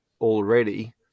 already